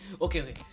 Okay